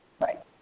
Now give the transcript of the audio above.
Right